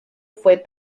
fue